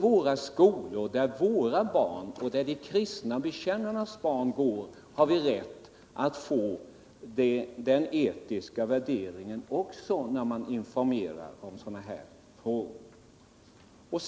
I skolorna, där våra barn och där de kristna bekännarnas barn går, har vi rätt att få med den etiska värderingen också när man informerar om sådana här frågor.